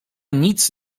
nic